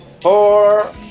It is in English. four